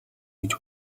гэж